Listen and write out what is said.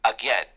again